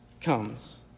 comes